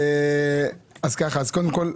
קודם כל,